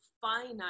finite